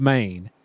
Maine